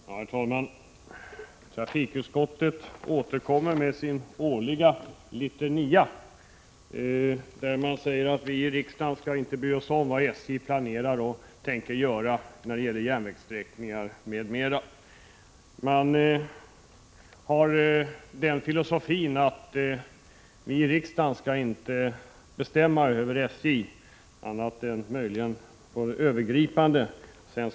Herr talman! Trafikutskottet återkommer med sin årliga litania, där man säger att vi i riksdagen inte skall bry oss om vad SJ planerar och tänker göra när det gäller järnvägssträckningar m.m. Man har den filosofin att riksdagen inte skall bestämma över SJ annat än möjligen på det övergripande planet.